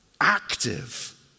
active